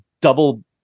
double